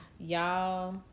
Y'all